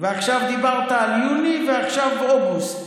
עכשיו דיברת על יוני, ועכשיו אוגוסט.